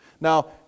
Now